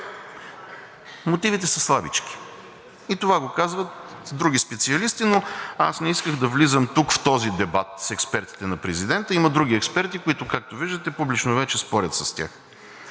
Мотивите са слабички и това го казват други специалисти, но аз не исках да влизам тук в този дебат с експертите на президента. Има други експерти, които, както виждате, публично вече спорят с тях.